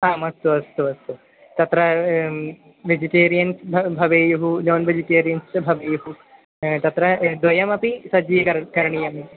आम् अस्तु अस्तु अस्तु तत्र वेजिटेरियन्स् भ भवेयुः नान् वेजिटेरियन्स् भवेयुः तत्र द्वयमपि सज्जीकरणं करणीयम्